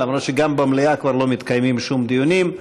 למרות שגם במליאה כבר לא מתקיימים שום דיונים.